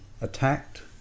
attacked